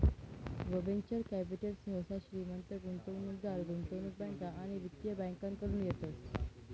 venture capital सहसा श्रीमंत गुंतवणूकदार, गुंतवणूक बँका आणि वित्तीय बँकाकडतून येतस